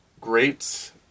great